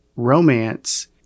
romance